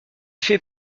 fait